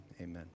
amen